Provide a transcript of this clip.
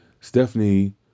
stephanie